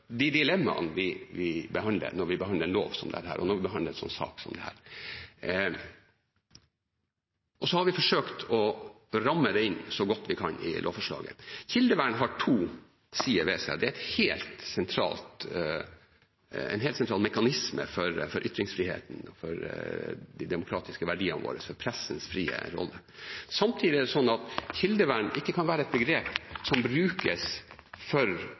de dilemmaene vi behandler, når vi behandler en lov og en sak som dette. Vi har forsøkt å ramme det inn så godt vi kan i lovforslaget. Kildevern har to sider ved seg: Det er en helt sentral mekanisme for ytringsfriheten og de demokratiske verdiene våre – pressens frie rolle. Samtidig kan ikke «kildevern» være et begrep som brukes for